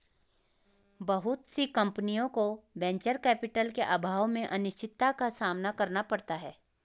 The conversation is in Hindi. बहुत सी कम्पनियों को वेंचर कैपिटल के अभाव में अनिश्चितता का सामना करना पड़ता है